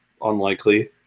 unlikely